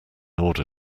order